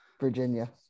Virginia